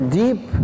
deep